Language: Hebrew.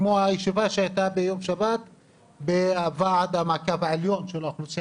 כמו הישיבה שהייתה ביום שבת בוועדת המעקב העליונה של האוכלוסייה